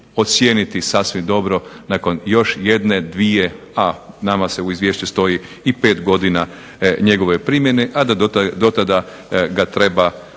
ocijeniti sasvim dobro nakon još jedne, dvije, a nama se u izvješću stoji i 5 godina njegove primjene, a da do tada ga treba